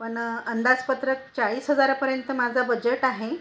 पण अंदाजपत्रक चाळीस हजारापर्यंत माझा बजेट आहे